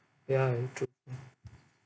ya very true